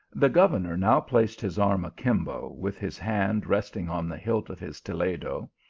the governor now placed his arm a-kimbo, with his hand resting on the hilt of his toledo,